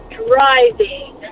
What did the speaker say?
driving